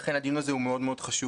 לכן הדיון הזה הוא מאוד מאוד חשוב.